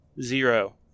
zero